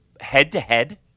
head-to-head